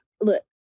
Look